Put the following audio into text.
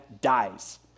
dies